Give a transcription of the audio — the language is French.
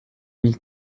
mille